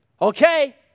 Okay